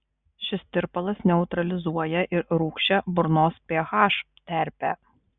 šis tirpalas neutralizuoja ir rūgščią burnos ph terpę